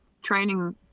training